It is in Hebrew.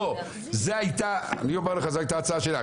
בוא, זו הייתה, אני אומר לך, זו הייתה ההצעה שלי.